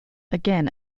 again